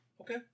Okay